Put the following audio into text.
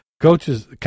Coaches